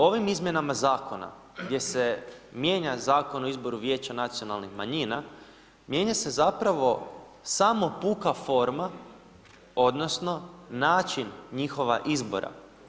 Ovim izmjenama zakona gdje se mijenja Zakon o izboru vijeća nacionalnih manjina mijenja se zapravo puka forma odnosno način njihova izbora.